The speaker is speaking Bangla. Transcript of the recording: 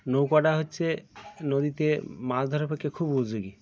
নৌকাটা হচ্ছে নদীতে মাছ ধরার পক্ষে খুব উপযোগী